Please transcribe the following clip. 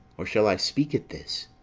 or shall i speak at this?